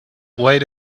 wait